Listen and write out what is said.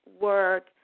work